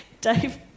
Dave